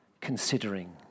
considering